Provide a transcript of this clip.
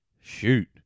shoot